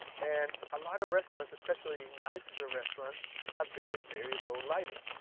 and a lot of restaurants especially nice the restaurant have very very low lighting.